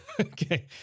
Okay